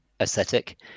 aesthetic